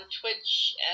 Twitch